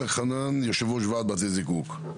אני יושב-ראש ועד בתי הזיקוק.